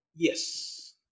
Yes